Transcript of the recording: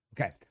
Okay